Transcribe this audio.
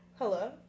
Hello